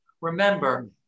Remember